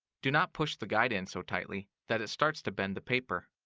do not push the guide in so tightly that it starts to bend the paper.